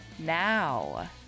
now